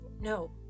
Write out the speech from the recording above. no